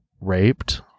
raped